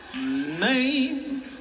name